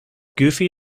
goofy